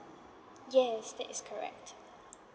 yes that is correct